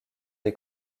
des